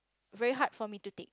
very hard for me to take